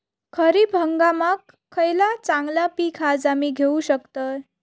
खरीप हंगामाक खयला चांगला पीक हा जा मी घेऊ शकतय?